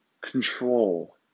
control